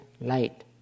light